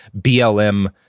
BLM